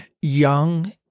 young